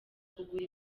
kugura